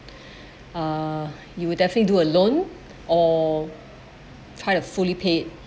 uh you will definitely do a loan or kind of fully paid